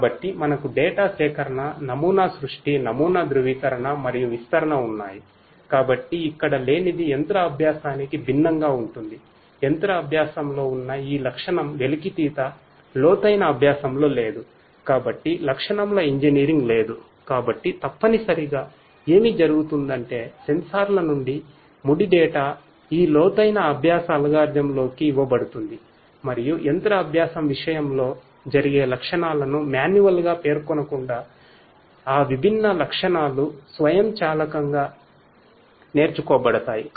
కాబట్టి మనకు డేటా ఈ లోతైన అభ్యాస అల్గోరిథంలలోకి ఇవ్వబడుతుంది మరియు యంత్ర అభ్యాసం విషయంలో జరిగే లక్షణాలను మాన్యువల్గా పేర్కొనకుండా ఆ విభిన్న లక్షణాలు స్వయంచాలకంగా నేర్చుకోబడతాయి